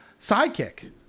sidekick